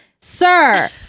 sir